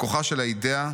בכוחה של האידיאה,